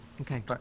Okay